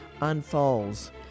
unfolds